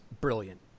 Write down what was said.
brilliant